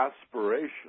aspiration